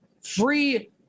Free